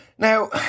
Now